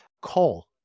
coal